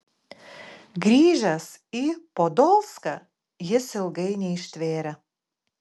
grįžęs į podolską jis ilgai neištvėrė